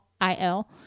IL